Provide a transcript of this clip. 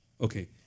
Okay